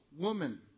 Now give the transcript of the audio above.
woman